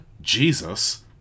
Jesus